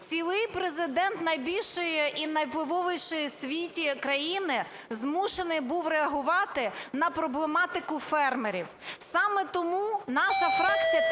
Цілий Президент найбільшої і найвпливовішої в світі країни змушений був реагувати на проблематику фермерів. Саме тому наша фракція